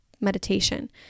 meditation